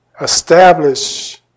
establish